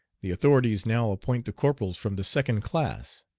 the authorities now appoint the corporals from the second class,